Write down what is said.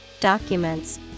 documents